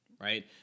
Right